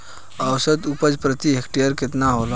औसत उपज प्रति हेक्टेयर केतना होला?